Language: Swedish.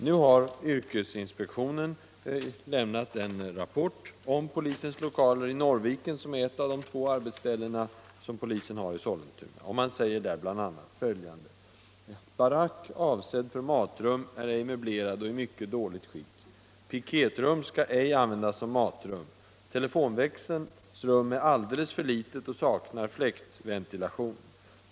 Nu har yrkesinspektionen avlämnat en rapport om polisens lokaler i Norrviken, som är ett av de två arbetsställen som polisen har i Sollentuna. I rapporten sägs blya. följande: Telefonväxelns rum är alldeles för litet och saknar fläktventilation.